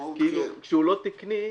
כשהוא לא תקני,